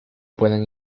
pueden